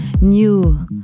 new